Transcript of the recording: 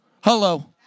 Hello